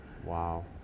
Wow